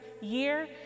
year